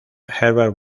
herbert